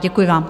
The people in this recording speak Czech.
Děkuji vám.